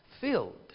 filled